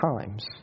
times